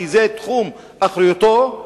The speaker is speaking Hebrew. כי זה תחום אחריותו,